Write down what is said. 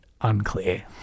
unclear